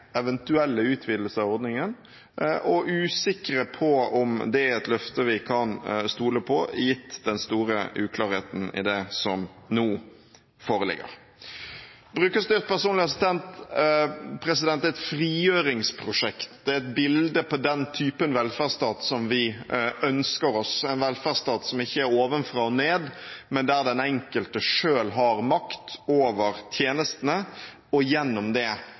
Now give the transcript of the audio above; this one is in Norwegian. eventuelle utvidelser av ordningen, og usikre på om det er et løfte vi kan stole på – gitt den store uklarheten i det som nå foreligger. Brukerstyrt personlig assistent er et frigjøringsprosjekt. Det er et bilde på den typen velferdsstat som vi ønsker oss: en velferdsstat som ikke er ovenfra og ned, men der den enkelte selv har makt over tjenestene og gjennom det